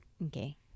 Okay